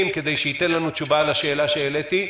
כדי שייתן לנו תשובה לשאלה שהעליתי.